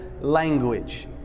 language